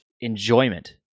enjoyment